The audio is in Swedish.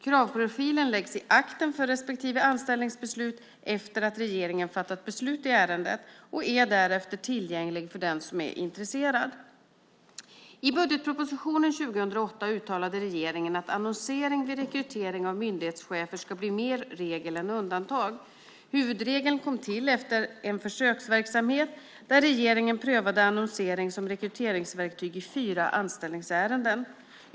Kravprofilen läggs i akten för respektive anställningsbeslut efter det att regeringen fattat beslut i ärendet och är därefter tillgänglig för den som är intresserad. I budgetpropositionen 2008 uttalade regeringen att annonsering vid rekrytering av myndighetschefer ska bli mer regel än undantag. Huvudregeln kom till efter en försöksverksamhet där regeringen prövade annonsering som rekryteringsverktyg i fyra anställningsärenden.